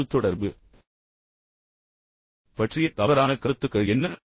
தகவல்தொடர்பு பற்றிய தவறான கருத்துக்கள் என்ன